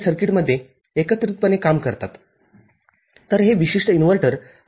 हे अद्याप आउटपुट बाजूला लॉजिक उच्च मानले जाते तेथे त्यावरती मर्यादा आहेती म्हणजेया विशिष्ट उदाहरणात १